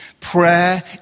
Prayer